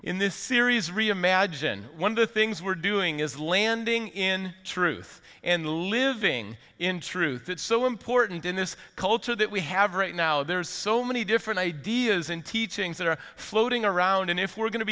in this series reimagine one of the things we're doing is landing in truth and living in truth it's so important in this culture that we have right now there's so many different ideas and teachings that are floating around and if we're going to